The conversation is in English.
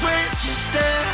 Register